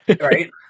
Right